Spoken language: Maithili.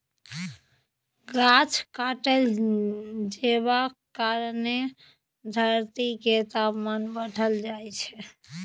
गाछ काटल जेबाक कारणेँ धरती केर तापमान बढ़ल जाइ छै